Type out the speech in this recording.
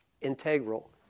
integral